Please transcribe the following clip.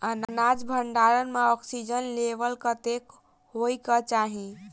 अनाज भण्डारण म ऑक्सीजन लेवल कतेक होइ कऽ चाहि?